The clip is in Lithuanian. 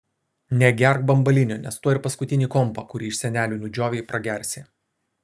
negerk bambalinio nes tuoj ir paskutinį kompą kurį iš senelių nudžiovei pragersi